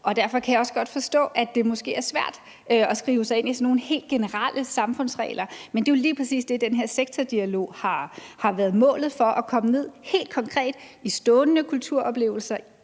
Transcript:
og derfor kan jeg også godt forstå, at det måske er svært at skrive sig ind i sådan nogle helt generelle samfundsregler. Men det er jo lige præcis det, målet har været med den her sektordialog, altså at komme helt konkret ned i stående kulturoplevelser,